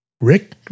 Rick